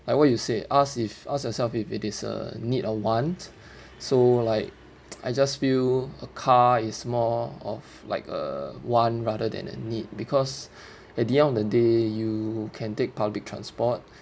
like what you say ask if ask yourself if it is a need or want so like I just feel a car is more of like a one rather than a need because at the end of the day you can take public transport